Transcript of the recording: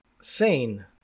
sane